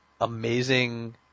amazing